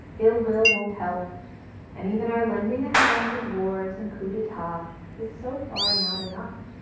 ill will won't help and even our lending a hand with wars and coups d'etat is so far not enough.